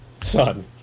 son